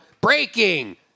Breaking